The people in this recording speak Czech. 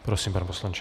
Prosím, pane poslanče.